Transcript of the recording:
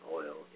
oil